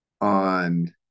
on